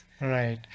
Right